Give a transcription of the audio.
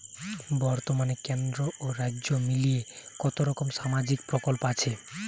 বতর্মানে কেন্দ্র ও রাজ্য মিলিয়ে কতরকম সামাজিক প্রকল্প আছে?